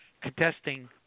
contesting